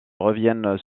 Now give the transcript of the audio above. reviennent